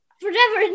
forever